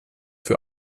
für